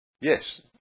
Yes